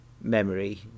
memory